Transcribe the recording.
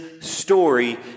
story